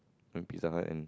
we went Pizza-Hut and